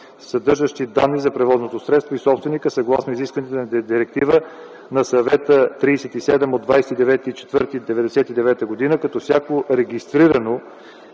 съдържащи данни за превозното средство и собственика, съгласно изискванията на Директива на Съвета 37 от 29.04.1999 г., като всяко регистрирано